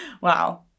Wow